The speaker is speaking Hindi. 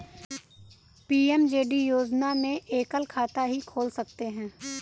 पी.एम.जे.डी योजना में एकल खाता ही खोल सकते है